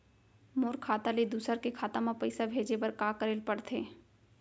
मोर खाता ले दूसर के खाता म पइसा भेजे बर का करेल पढ़थे?